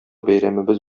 бәйрәмебез